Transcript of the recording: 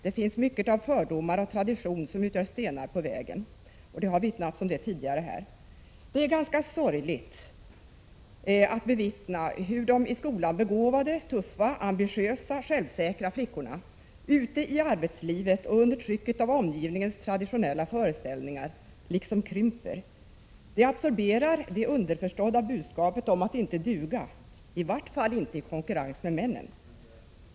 Det finns mycket av fördomar och traditioner som utgör stenar på vägen, vilket har omvittnats här. Det är ganska sorgligt att bevittna hur de i skolan begåvade, tuffa, ambitiösa och självsäkra flickorna ute i arbetslivet, under trycket av omgivningens traditionella föreställningar, liksom krymper. De absorberar det underförstådda budskapet om att inte duga — i vart fall inte i konkurrens med männen.